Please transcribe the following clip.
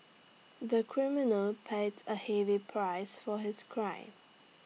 the criminal paid A heavy price for his crime